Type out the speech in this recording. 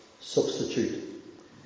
substitute